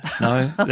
no